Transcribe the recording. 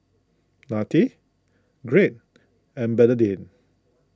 Nanette Greg and Bernardine